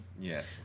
yes